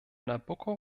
nabucco